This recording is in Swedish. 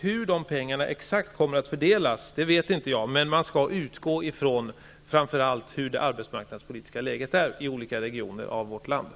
Hur pengarna kommer att exakt fördelas vet jag inte, men man skall framför allt utgå ifrån hur det arbetsmarknadspolitiska läget är i olika regioner i landet.